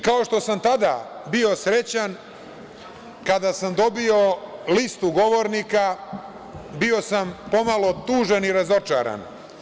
Kao što sam tada bio srećan, kada sam dobio listu govornika bio sam pomalo tužan i razočaran.